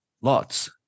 lots